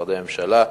משרדי ממשלה,